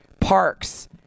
parks